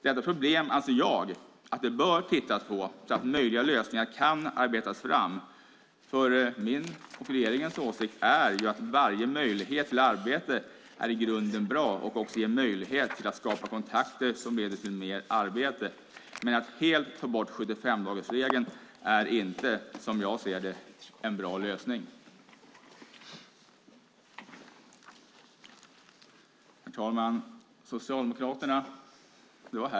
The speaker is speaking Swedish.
Detta problem anser jag att det bör tittas på så att möjliga lösningar kan arbetas fram, för min och regeringens åsikt är att varje möjlighet till arbete är i grunden bra och också ger möjligheter att skapa kontakter som leder till mer arbete. Men att helt ta bort 75-dagarsregeln är inte, som jag ser det, en bra lösning. Herr talman!